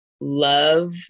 love